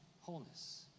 wholeness